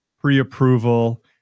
pre-approval